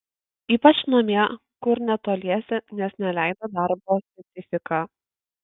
ypač namie ar kur netoliese nes neleido darbo specifika